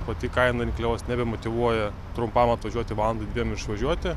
pati kaina rinkliavos nebemotyvuoja trumpam atvažiuoti valandai dviem ir išvažiuoti